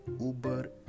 uber